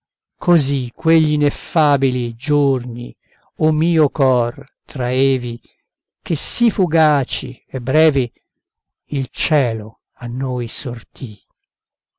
così così quegl'ineffabili giorni o mio cor traevi che sì fugaci e brevi il cielo a noi sortì